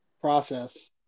process